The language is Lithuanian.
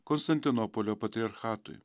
konstantinopolio patriarchatui